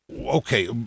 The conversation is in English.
okay